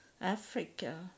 Africa